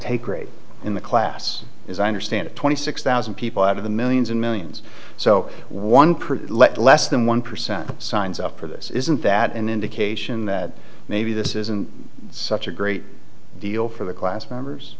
take rate in the class is i understand twenty six thousand people out of the millions and millions so one percent let less than one percent signs up for this isn't that an indication that maybe this isn't such a great deal for the class members